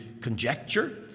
conjecture